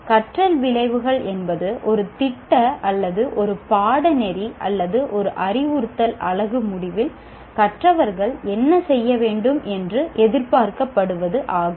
கற்றல் விளைவுகள் என்பது ஒரு திட்ட அல்லது ஒரு பாடநெறி அல்லது ஒரு அறிவுறுத்தல் அலகு முடிவில் கற்றவர்கள் என்ன செய்ய வேண்டும் என்று எதிர்பார்க்கப்படுவது ஆகும்